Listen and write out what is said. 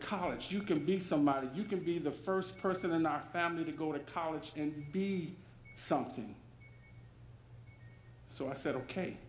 college you can be somebody you can be the first person in our family to go to college and be something so i said ok